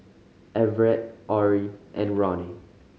Everette Orrie and Roni